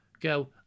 go